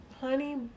Honey